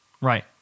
Right